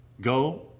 Go